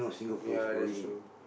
ya that's true